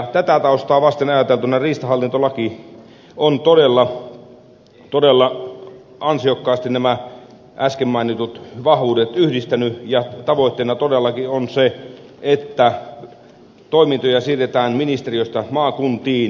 tätä taustaa vasten ajateltuna riistahallintolaki on todella ansiokkaasti nämä äsken mainitut vahvuudet yhdistänyt ja tavoitteena todellakin on se että toimintoja siirretään ministeriöstä maakuntiin